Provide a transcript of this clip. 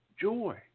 joy